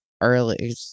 early